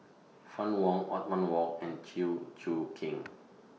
Fann Wong Othman Wok and Chew Choo Keng